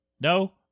No